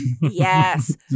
Yes